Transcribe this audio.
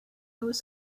was